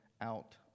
out